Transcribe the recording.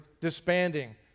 disbanding